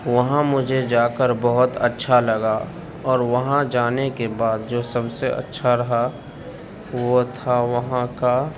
وہاں مجھے جا کر بہت اچھا لگا اور وہاں جانے کے بعد جو سب سے اچھا رہا وہ تھا وہاں کا